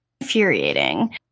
Infuriating